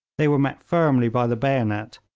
they were met firmly by the bayonet,